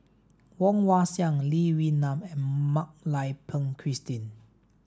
Woon Wah Siang Lee Wee Nam and Mak Lai Peng Christine